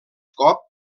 cop